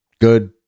good